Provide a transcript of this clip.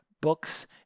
books